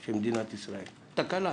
של מדינת ישראל תקלה.